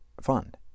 fund